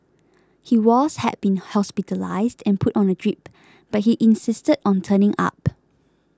he was had been hospitalised and put on a drip but he insisted on turning up